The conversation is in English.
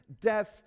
death